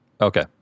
Okay